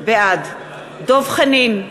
בעד דב חנין,